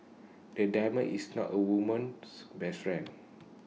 the diamond is not A woman's best friend